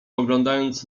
poglądając